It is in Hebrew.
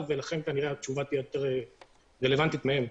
ולכן התשובה תהיה יותר רלוונטית מהם.